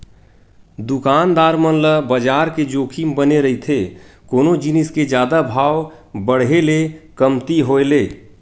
दुकानदार मन ल बजार के जोखिम बने रहिथे कोनो जिनिस के जादा भाव बड़हे ले कमती होय ले